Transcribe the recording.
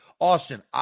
Austin